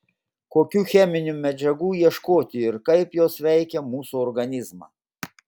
kokių cheminių medžiagų ieškoti ir kaip jos veikia mūsų organizmą